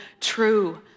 true